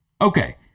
Okay